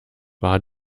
war